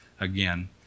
again